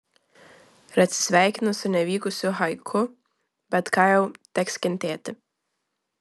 ir atsisveikinu su nevykusiu haiku bet ką jau teks kentėti